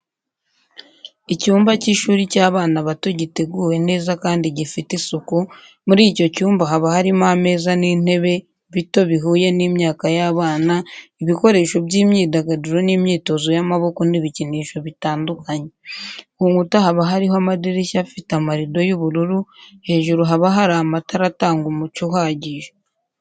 Icyumba cy'ishuri cy'abana bato giteguwe neza kandi gifite isuku, muri icyo cyumba haba harimo ameza n'intebe bito bihuye n'imyaka y'abana, ibikoresho by'imyidagaduro n'imyitozo y'amaboko n'ibikinisho bitandukanye. Ku nkuta haba hariho amadirishya afite amarido y' ubururu, hejuru haba hari amatara atanga umucyo uhagije.